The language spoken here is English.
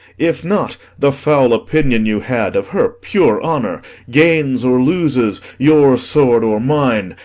if not, the foul opinion you had of her pure honour gains or loses your sword or mine,